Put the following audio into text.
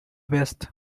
best